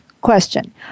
question